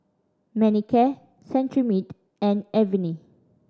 Manicare Cetrimide and Avene